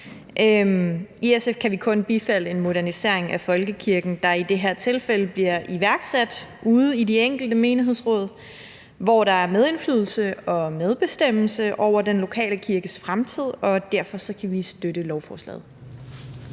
I SF kan vi kun bifalde en modernisering af folkekirken, der i det her tilfælde bliver iværksat ude i de enkelte menighedsråd, hvor der er medindflydelse og medbestemmelse over den lokale kirkes fremtid. Og derfor kan vi støtte lovforslaget.